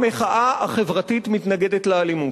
המחאה החברתית מתנגדת לאלימות.